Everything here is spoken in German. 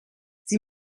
sie